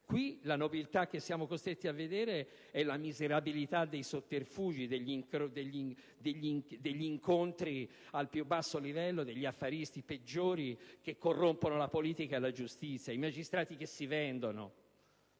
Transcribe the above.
Qui la nobiltà che siamo costretti a vedere è la miserabilità dei sotterfugi e degli incontri al più basso livello degli affaristi peggiori, che corrompono la politica e la giustizia. I magistrati si vendono,